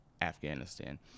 Afghanistan